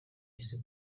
isi